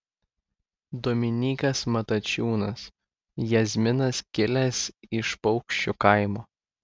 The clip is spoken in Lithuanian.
dominykas matačiūnas jazminas kilęs iš paukščiu kaimo